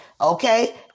okay